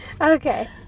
Okay